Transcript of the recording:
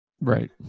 Right